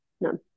none